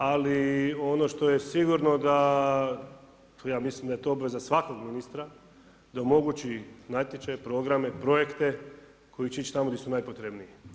Ali ono što je sigurno da ja mislim da je to obveza svakog ministra da omogući natječaj, programe, projekte koji će ići tamo di su najpotrebniji.